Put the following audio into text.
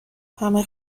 همه